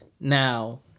Now